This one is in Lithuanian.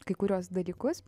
kai kuriuos dalykus